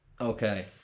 okay